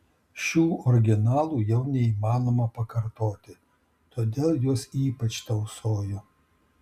šių originalų jau neįmanoma pakartoti todėl juos ypač tausoju